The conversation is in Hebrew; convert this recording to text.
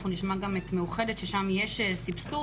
אנחנו נשמע מקופת חולים מאוחדת ששם יש סבסוד,